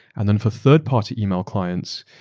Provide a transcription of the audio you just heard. and then for third-party email clients,